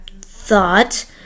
thought